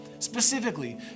specifically